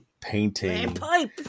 painting